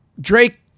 Drake